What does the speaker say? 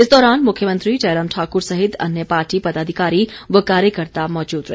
इस दौरान मुख्यमंत्री जयराम ठाकुर सहित अन्य पार्टी पदाधिकारी व कार्यकर्ता मौजूद रहे